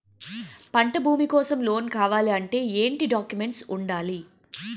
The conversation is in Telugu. పంట భూమి కోసం లోన్ కావాలి అంటే ఏంటి డాక్యుమెంట్స్ ఉండాలి?